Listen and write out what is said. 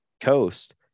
coast